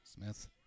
Smith